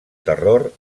terror